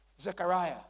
Zechariah